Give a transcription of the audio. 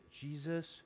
jesus